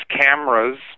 cameras